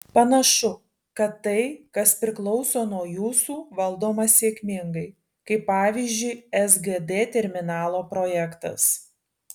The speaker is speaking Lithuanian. panašu kad tai kas priklauso nuo jūsų valdoma sėkmingai kaip pavyzdžiui sgd terminalo projektas